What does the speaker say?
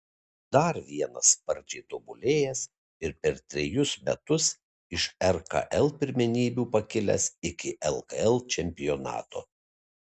dar vienas sparčiai tobulėjęs ir per trejus metus iš rkl pirmenybių pakilęs iki lkl čempionato